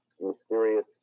mysterious